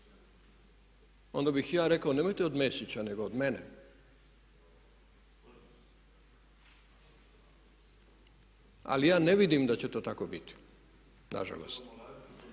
onda bih ja rekao nemojte od Mesića nego od mene. Ali ja ne vidim da će to tako biti, na žalost.